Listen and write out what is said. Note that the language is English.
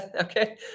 Okay